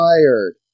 tired